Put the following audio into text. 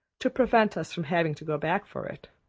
to prevent us from having to go back for it,